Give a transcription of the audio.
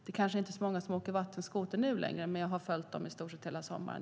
Det kanske inte är så många som åker vattenskoter nu längre, men även jag har följt dem i stort sett hela sommaren.